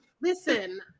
listen